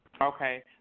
Okay